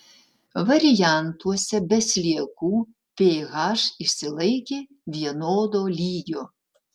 variantuose be sliekų ph išsilaikė vienodo lygio